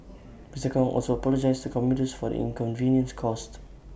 Mr Kong also apologised to commuters for the inconvenience caused